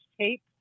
tape